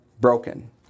broken